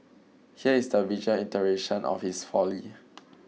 here is the visual iteration of his folly